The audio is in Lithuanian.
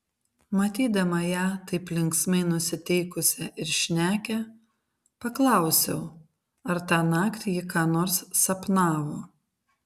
matydama ją taip linksmai nusiteikusią ir šnekią paklausiau ar tąnakt ji ką nors sapnavo